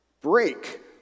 Break